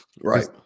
Right